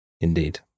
Indeed